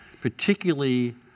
particularly